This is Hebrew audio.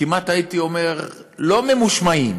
כמעט הייתי אומר, לא: ממושמעים,